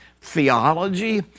theology